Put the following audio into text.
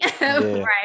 right